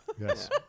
Yes